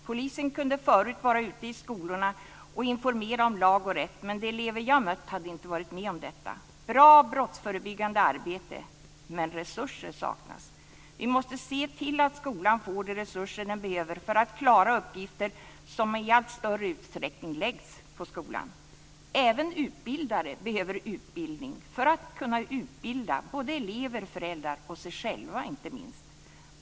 Polisen kunde förut vara ute i skolorna och informera om lag och rätt men de elever som jag mött hade inte varit med om detta - bra brottsförebyggande arbete alltså men resurser saknas. Vi måste se till att skolan får de resurser som den behöver för att klara uppgifter som i allt större utsträckning läggs på skolan. Även utbildare behöver utbildning för att kunna utbilda både elever och föräldrar och även inte minst sig själva.